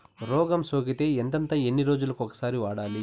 రోగం సోకితే ఎంతెంత ఎన్ని రోజులు కొక సారి వాడాలి?